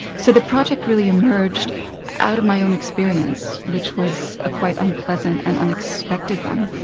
so the project really emerged out of my own experience, which was a quite unpleasant and unexpected one.